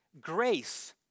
grace